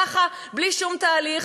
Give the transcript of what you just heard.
ככה, בלי שום תהליך?